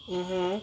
mmhmm